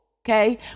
Okay